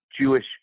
Jewish